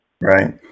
Right